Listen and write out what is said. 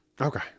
Okay